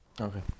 Okay